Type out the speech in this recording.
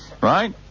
Right